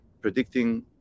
predicting